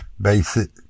basic